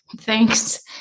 Thanks